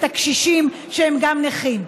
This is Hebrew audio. את הקשישים שהם גם נכים?